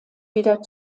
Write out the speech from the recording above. wieder